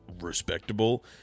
respectable